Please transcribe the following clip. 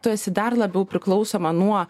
tu esi dar labiau priklausoma nuo